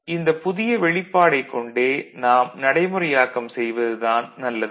ஆதலால் இந்த புதிய வெளிப்பாடைக் கொண்டே நாம் நடைமுறையாக்கம் செய்வது தான் நல்லது